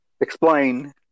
Explain